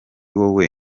wowe